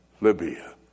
Libya